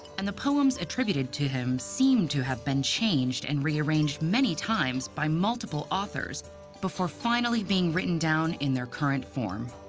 and the poems attributed to him seem to have been changed and rearranged many times by multiple authors before finally being written down in their current form.